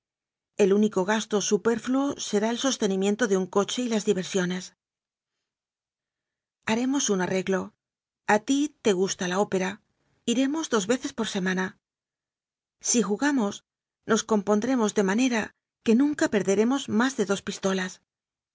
el único gasto superfino será el sostenimiento de un coche y las diversiones haremos un arreglo a ti te gusta la ópera iremos dos veces por semana si jugamos nos compondremos de manera que nunca perderemos más de dos pistolas